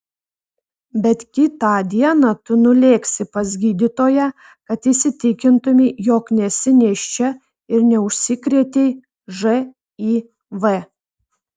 bet kitą dieną tu nulėksi pas gydytoją kad įsitikintumei jog nesi nėščia ir neužsikrėtei živ